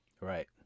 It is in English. Right